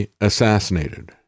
assassinated